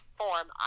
form